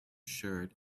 shirt